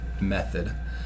method